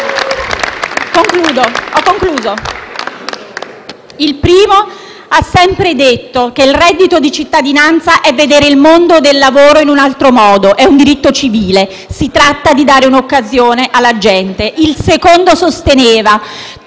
Il primo ha sempre detto che «il reddito di cittadinanza è vedere il mondo del lavoro in un altro modo, è un diritto civile»: si tratta di dare un'occasione alla gente. Il secondo sosteneva